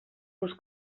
los